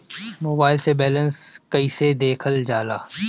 Mobile से balance कइसे देखल जाला?